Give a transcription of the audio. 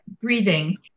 breathing